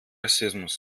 rassismus